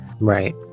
right